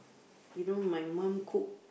you know my mum cook